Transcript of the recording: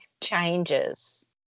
changes